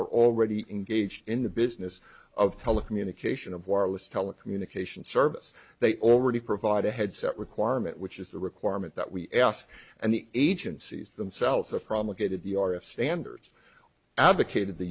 are already engaged in the business of telecommunication of wireless telecommunications service they already provide a headset requirement which is the requirement that we ask and the agencies themselves are promulgated the r f standard advocated the